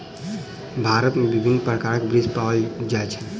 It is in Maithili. भारत में विभिन्न प्रकारक वृक्ष पाओल जाय छै